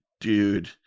dude